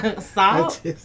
Salt